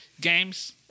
games